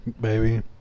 baby